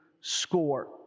score